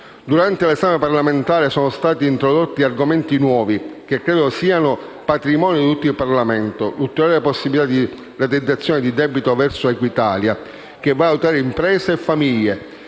Durante l'esame parlamentare, sono stati introdotti argomenti nuovi, che credo siano patrimonio di tutto il Parlamento: l'ulteriore possibilità di rateizzazione del debito verso Equitalia, che va ad aiutare imprese e famiglie